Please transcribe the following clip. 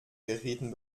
verrieten